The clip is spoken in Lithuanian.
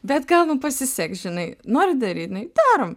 bet gal mum pasiseks žinai nori daryt jinai darom